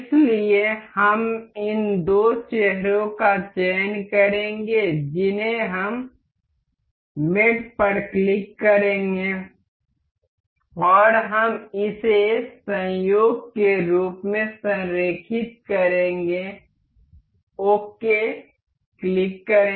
इसलिए हम इन दो चेहरों का चयन करेंगे जिन्हें हम मेट पर क्लिक करेंगे और हम इसे संयोग के रूप में संरेखित करेंगे ओके क्लिक करे